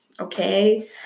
okay